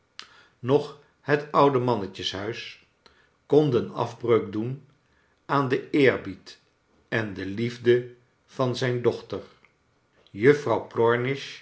noch het oude mannenhuis konden afbreuk doen aan den eerbied en de liefde van zijn dochter juffrouw